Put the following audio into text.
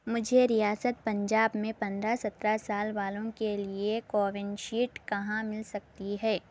مجھے ریاست پنجاب میں پندرہ سترہ سال والوں کے لیے کووِن شیٹ کہاں مل سکتی ہے